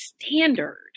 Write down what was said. standard